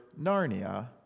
Narnia